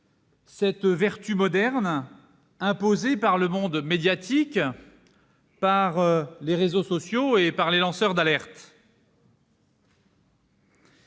cette vertu moderne imposée par le monde médiatique, par les réseaux sociaux et par les lanceurs d'alerte.